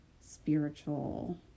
spiritual